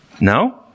No